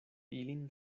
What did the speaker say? ilin